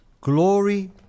Glory